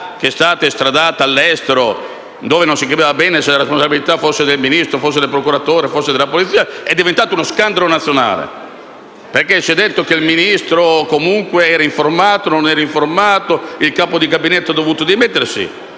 che è stata estradata all'estero: non si capiva bene se la responsabilità fosse del Ministro, del procuratore oppure della polizia. Ne è sorto uno scandalo nazionale, perché si è detto che il Ministro comunque era informato e il capo di gabinetto ha dovuto dimettersi.